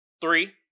Three